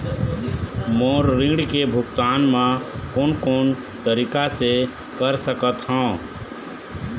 मोर ऋण के भुगतान म कोन कोन तरीका से कर सकत हव?